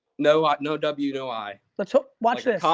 no um no w, no i. let's hope watch this. ah